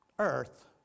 Earth